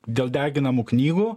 dėl deginamų knygų